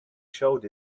showed